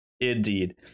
Indeed